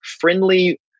friendly